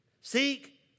Seek